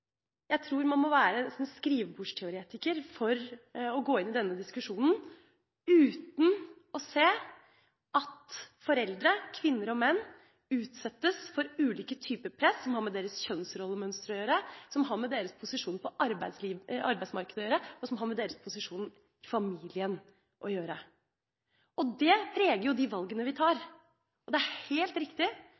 Jeg tror man må være skrivebordsteoretiker for å gå inn i denne diskusjonen uten å se at foreldre – kvinner og menn – utsettes for ulike typer press som har med deres kjønnsrollemønster å gjøre, som har med deres posisjon på arbeidsmarkedet å gjøre, og som har med deres posisjon i familien å gjøre. Det preger de valgene vi tar. Det er helt riktig